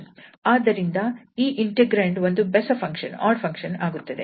ಆದ್ದರಿಂದ ಈ ಇಂಟೆಗ್ರಂಡ್ ಒಂದು ಬೆಸ ಫಂಕ್ಷನ್ ಆಗುತ್ತದೆ